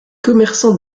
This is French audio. commerçants